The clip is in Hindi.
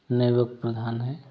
नवयुवक प्रधान हैं